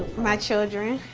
my children.